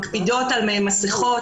מקפידות על מסכות.